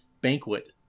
banquet